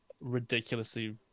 ridiculously